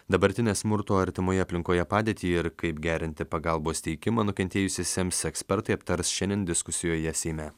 dabartinę smurto artimoje aplinkoje padėtį ir kaip gerinti pagalbos teikimą nukentėjusiesiems ekspertai aptars šiandien diskusijoje seime